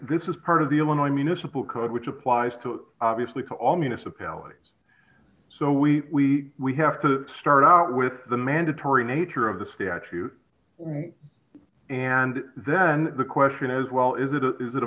this is part of the illinois municipal code which applies to obviously all municipalities so we we have to start out with the mandatory nature of the statute and then the question is well is it a is it a